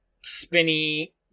spinny